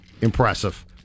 impressive